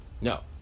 No